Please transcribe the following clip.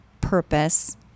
purpose